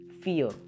Fear